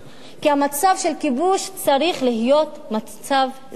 כי המצב של כיבוש צריך להיות מצב זמני.